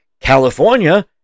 California